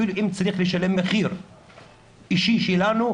אפילו אם צריך לשלם מחיר אישי שלנו,